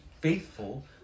faithful